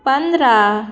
पंदरा